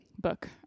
book